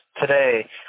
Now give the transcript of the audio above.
today